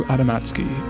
Adamatsky